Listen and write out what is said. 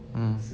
mm